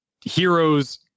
heroes